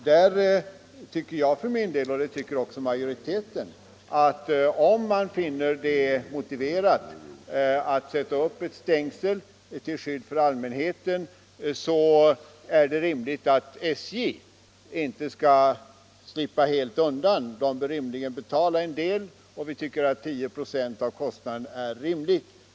Jag tycker för min del — och det tycker också majoriteten — att om man finner det motiverat att sätta upp ett stängsel till skydd för allmänheten, så är det rimligt att SJ inte skall slippa helt undan. SJ bör betala en del, och vi tycker att 10 8 av kostnaden är rimligt.